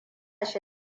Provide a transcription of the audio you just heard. shi